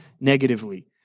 negatively